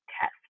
test